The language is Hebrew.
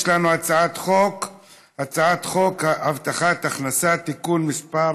יש לנו הצעת חוק הבטחת הכנסה (תיקון מס'